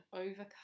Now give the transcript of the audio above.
overcome